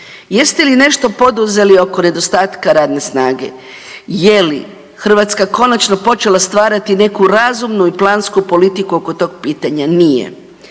Jeste li nešto poduzeli oko nedostatka radne snage? Je li Hrvatska konačno počela stvarati neku razumnu i plansku politiku oko tog pitanja? Nije.